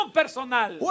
personal